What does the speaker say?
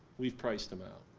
we've priced them out.